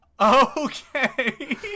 Okay